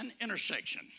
intersection